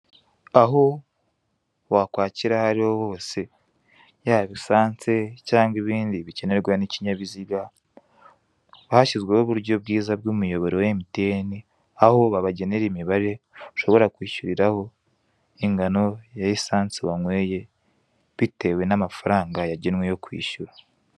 Aho wakwakira aho ariho hose yaba esanse cyangwa ibindi bikenerwa n'ikinyabiziga, hashyizweho uburyo bwiza bw'umuyoboro wa Mtn aho babagenera imibare ushobora kwishyuriraho ingano ya esanse wanyweye bitewe n'amafaranga yagenwe yo kwishyura.